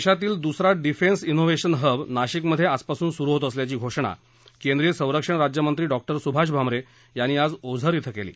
देशातील दुसरा defence innovation hub नाशिकमध्ये आज पासून सुरू होत असल्याची घोषणा केंद्रिय संरक्षण राज्यमंत्री डॉ सुभाष भामरे यांनी आज ओझर इथं केली